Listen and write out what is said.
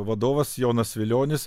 vadovas jonas vilionis